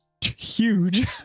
huge